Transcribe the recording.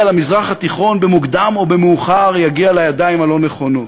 למזרח התיכון במוקדם או במאוחר יגיע לידיים הלא-נכונות?